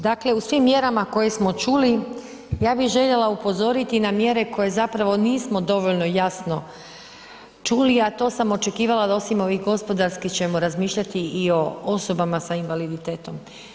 Dakle u svim mjerama koje smo čuli ja bih željela upozoriti na mjere koje zapravo nismo dovoljno jasno čuli, a to sam očekivala da osim ovih gospodarskih ćemo razmišljati i o osobama s invaliditetom.